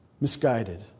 misguided